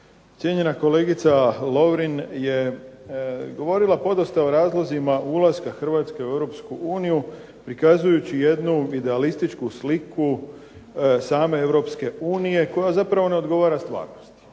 Cijenjena kolegica Lovrin je govorila podosta o razlozima ulaska Hrvatske u Europsku uniju prikazujući jednu idealističku sliku same Europske unije koja zapravo ne odgovara stvarnosti.